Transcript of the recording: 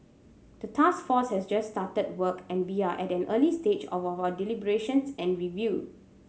the task force has just started work and we are at an early stage of our deliberations and review